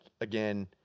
again